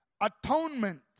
Atonement